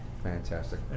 Fantastic